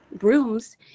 rooms